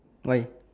why